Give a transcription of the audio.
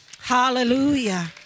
Hallelujah